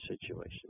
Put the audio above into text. situation